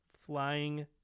flying